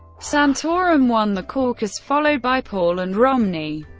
santorum won the caucus, followed by paul and romney.